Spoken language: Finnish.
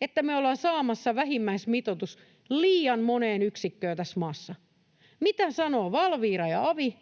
että me ollaan saamassa vähimmäismitoitus liian moneen yksikköön tässä maassa. Mitä sanovat Valvira ja avi?